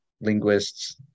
linguists